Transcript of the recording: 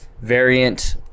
variant